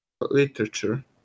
Literature